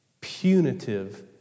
Punitive